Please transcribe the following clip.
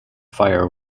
fire